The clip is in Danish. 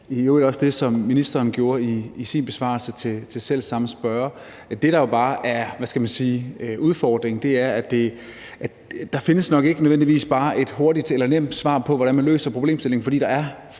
i øvrigt også det, som ministeren gjorde i sin besvarelse til den selv samme spørger. Det, der jo nok bare er udfordringen, er, at der ikke nødvendigvis findes et hurtigt eller et nemt svar på, hvordan man løser problemstillingen, fordi der er